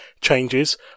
changes